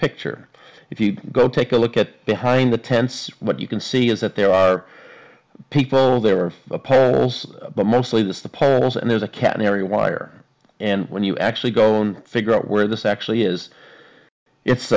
picture if you go take a look at behind the tents what you can see is that there are people there are poems but mostly this the poems and there's a catenary wire and when you actually go and figure out where this actually is it's